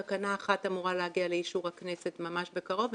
תקנה אחת אמורה להגיע לאישור הכנסת ממש בקרוב,